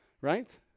Right